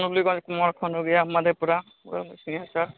मुरलीगंज कुमारखंड हो गया मधेपुरा पुरा में सिंहेस्वर